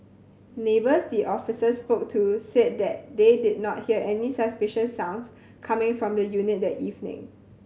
neighbours the officers spoke to said that they did not hear any suspicious sounds coming from the unit that evening